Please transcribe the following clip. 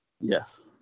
Yes